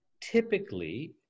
typically